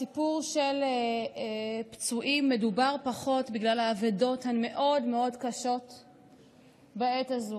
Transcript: הסיפור של פצועים מדובר פחות בגלל האבדות הקשות מאוד מאוד בעת הזאת.